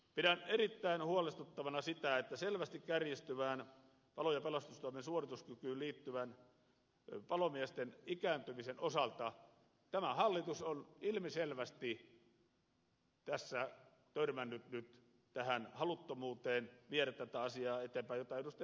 pidän erittäin huolestuttavana sitä että selvästi kärjistyvään palo ja pelastustoimen suorituskykyyn liittyvän palomiesten ikääntymisen osalta tämä hallitus on ilmiselvästi tässä törmännyt nyt haluttomuuteen viedä tätä asiaa eteenpäin jota ed